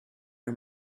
her